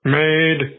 made